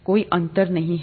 कोई अंतर नहीं है